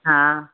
हा